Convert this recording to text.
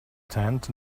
tent